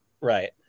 Right